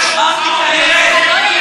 אתה לא יכול להגיד את זה.